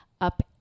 up